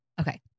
Okay